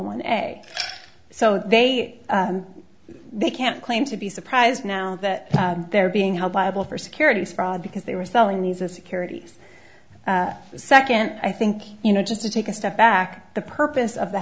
one a so they they can't claim to be surprised now that they're being held liable for securities fraud because they were selling these as securities the second and i think you know just to take a step back the purpose of the